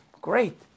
Great